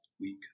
week